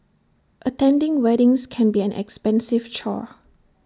attending weddings can be an expensive chore